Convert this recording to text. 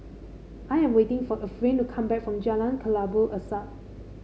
I am waiting for Efrain to come back from Jalan Kelabu Asap